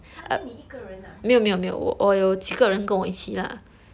!huh! then 你一个人 ah